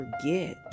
forget